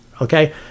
okay